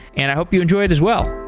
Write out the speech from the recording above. and i hope you enjoy it as well.